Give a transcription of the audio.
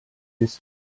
his